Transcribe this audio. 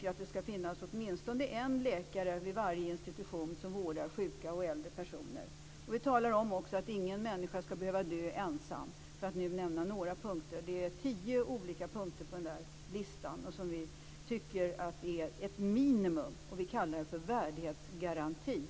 vi att det skall finnas åtminstone en läkare vid varje institution som vårdar sjuka och äldre personer. Ingen människa skall behöva dö ensam. Det finns tio punkter på listan, och vi tycker att de utgör ett minimum. Vi kallar det för värdighetsgaranti.